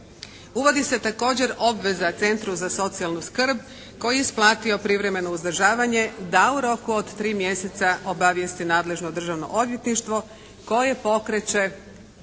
Uvodi se također obveza Centru za socijalnu skrb koji je isplatio privremeno uzdržavanje da u roku od 3 mjeseca obavijesti nadležno Državno odvjetništvo koje pokreće